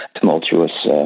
tumultuous